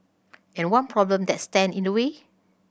and one problem that stand in the way